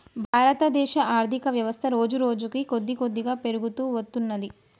భారతదేశ ఆర్ధికవ్యవస్థ రోజురోజుకీ కొద్దికొద్దిగా పెరుగుతూ వత్తున్నది